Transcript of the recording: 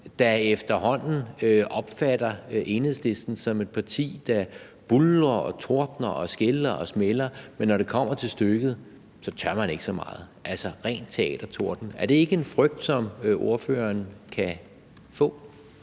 der efterhånden opfatter Enhedslisten som et parti, der buldrer og tordner og skælder og smælder, men når det kommer til stykket, tør man ikke så meget, altså ren teatertorden. Er det ikke en frygt, som ordføreren kan få?